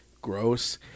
Gross